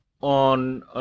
on